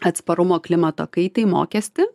atsparumo klimato kaitai mokestį